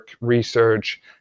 research